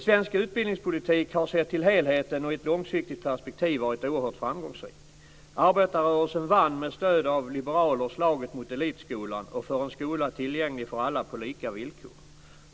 Svensk utbildningspolitik har sett till helheten och i ett långsiktigt perspektiv varit oerhört framgångsrik. Arbetarrörelsen vann med stöd av liberaler slaget mot elitskolan och för en skola tillgänglig för alla på lika villkor.